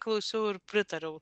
klausiau ir pritariau